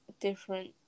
different